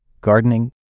gardening